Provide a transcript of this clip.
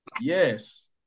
Yes